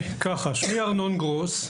שמי ארנון גרוס.